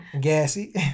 gassy